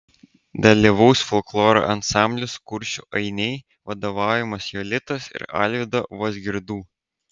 dalyvaus folkloro ansamblis kuršių ainiai vadovaujamas jolitos ir alvydo vozgirdų